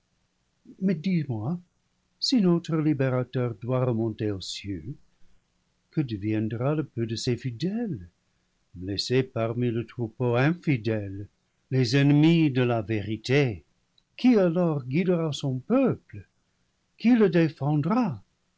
mais dis-moi si notre libérateur doit remonter aux cieux que deviendra le peu de ses fidèles laissé parmi le troupeau fidèle les ennemis de la vérité qui alors guidera son peuple qui le défendra